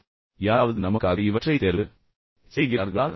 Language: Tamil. அல்லது யாராவது நமக்காக இவற்றைத் தேர்வு செய்கிறார்களா